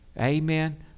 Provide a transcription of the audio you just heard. Amen